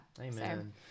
Amen